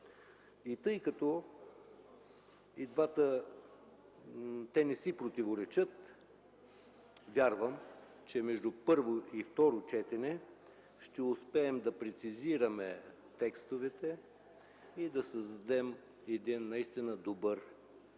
двата законопроекта не си противоречат, вярвам, че между първо и второ четене ще успеем да прецизираме текстовете и да създадем един наистина добър